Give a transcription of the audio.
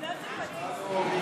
חברי